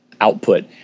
output